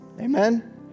Amen